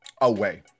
Away